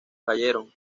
cayeron